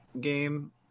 game